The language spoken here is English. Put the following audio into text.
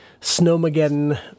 Snowmageddon